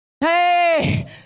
Hey